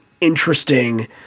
interesting